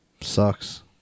Sucks